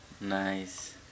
Nice